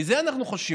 מזה אנחנו חוששים.